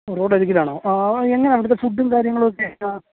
റോഡരികിലാണോ എങ്ങനെയാണ് അവിടുത്തെ ഫുഡും കാര്യങ്ങളൊക്കെ എല്ലാം